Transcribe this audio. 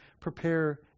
prepare